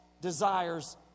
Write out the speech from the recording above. desires